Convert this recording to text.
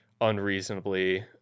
unreasonably